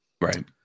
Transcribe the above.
Right